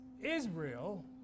Israel